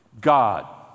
God